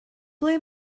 ble